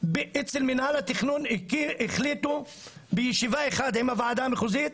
בעצם מנהל התכנון החליט בישיבה אחת עם הוועדה המחוזית,